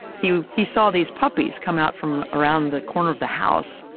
he, he saw these puppies come out from around the corner of the house.